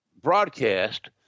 broadcast